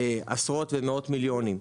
עשות ומאות מיליונים.